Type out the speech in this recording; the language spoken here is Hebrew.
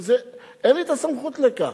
כי אין לנו סמכות לכך.